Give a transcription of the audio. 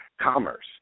commerce